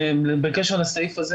חירשים.